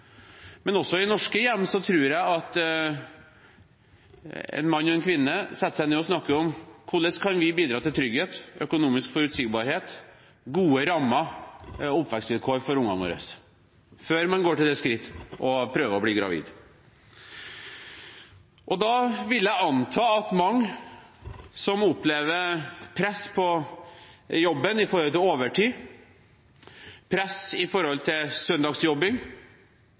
Men også i norske hjem tror jeg at menn og kvinner setter seg ned og snakker om hvordan de kan bidra til trygghet, økonomisk forutsigbarhet, gode rammer og oppvekstvilkår for ungene sine, før man går til det skritt å prøve å bli gravid. Og da vil jeg anta at mange som opplever press på jobben i forhold til overtid, press i forhold til søndagsjobbing,